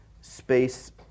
space